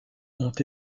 ont